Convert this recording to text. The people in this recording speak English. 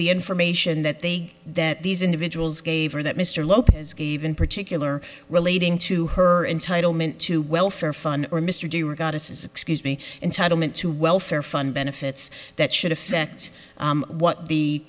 the information that they that these individuals gave or that mr lopez gave in particular relating to her entitlement to welfare fund or mr do or goddesses excuse me entitle me to welfare fund benefits that should affect what the